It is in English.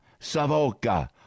Savoca